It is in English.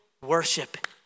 worship